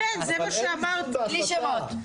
בלי שמות.